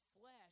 flesh